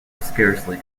scarcely